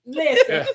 listen